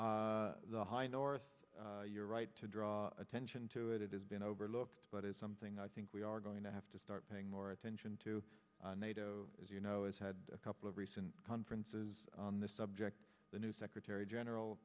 the high north you're right to draw attention to it it has been overlooked but it's something i think we are going to have to start paying more attention to nato as you know it's had a couple of recent conferences on the subject the new secretary general